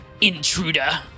intruder